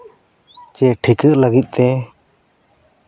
ᱪᱮ ᱴᱷᱤᱠᱟᱹ ᱞᱟᱹᱜᱤᱫ ᱛᱮ